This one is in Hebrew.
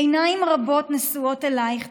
עיניים רבות נשואות אלייך,